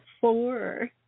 four